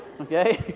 okay